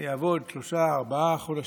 אני אעבוד שלושה-ארבעה חודשים,